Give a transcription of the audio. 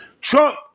Trump